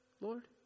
Lord